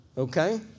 Okay